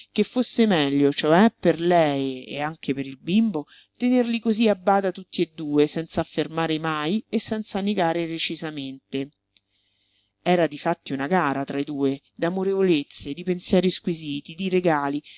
che fosse meglio cioè per lei e anche per il bimbo tenerli cosí a bada tutti e due senz'affermare mai e senza negare recisamente era difatti una gara tra i due d'amorevolezze di pensieri squisiti di regali